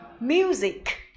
Music